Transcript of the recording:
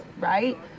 right